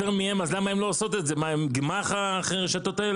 אז למה הרשתות האחרות לא עושות את זה?